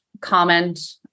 comment